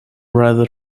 rather